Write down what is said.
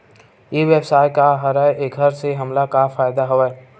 ई व्यवसाय का हरय एखर से हमला का फ़ायदा हवय?